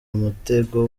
mutego